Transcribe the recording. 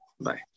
Bye